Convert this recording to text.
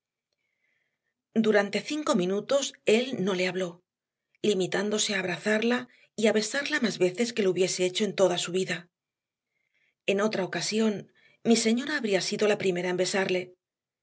durante cinco minutos él no le habló limitándose a abrazarla y a besarla más veces que lo hubiese hecho en toda su vida en otra ocasión mi señora habría sido la primera